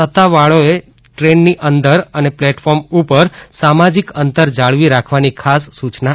સત્તાવાળાઓએ ટ્રેનની અંદર અને પ્લેટફોર્મ ઉપર સામાજીક અંતર જાળવી રાખવાની ખાસ સૂચના આપી છે